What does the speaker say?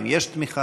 אם יש תמיכה,